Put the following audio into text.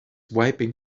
wiping